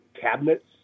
cabinets